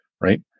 right